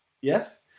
Yes